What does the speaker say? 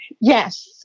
Yes